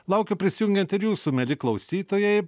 laukiu prisijungiant ir jūsų mieli klausytojai